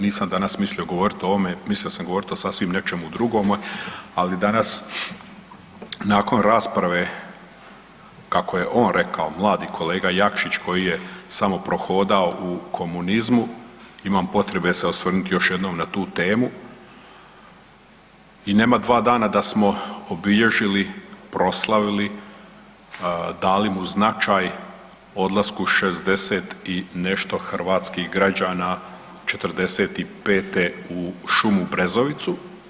Nisam danas mislio govoriti o ovome, mislio sam govoriti o sasvim nečemu drugome, ali danas nakon rasprave kako je on rekao mladi kolega Jakšić koji je samo prohodao u komunizmu imam potrebe se osvrnuti još jednom na tu temu i nema dva dana da smo obilježili, proslavili, dali mu značaj odlasku 60 i nešto hrvatskih građana 45. u šumu Brezovicu.